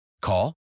Call